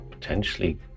potentially